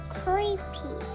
creepy